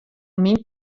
myn